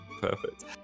Perfect